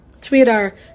Twitter